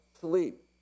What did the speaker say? sleep